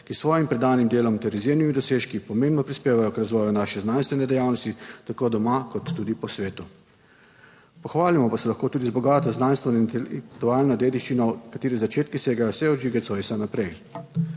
ki s svojim predanim delom ter izjemnimi dosežki pomembno prispevajo k razvoju naše znanstvene dejavnosti tako doma kot tudi po svetu. Pohvalimo pa se lahko tudi z bogato znanstveno intelektualno dediščino, kateri začetki segajo vse od Žige Zoisa naprej.